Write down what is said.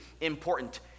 important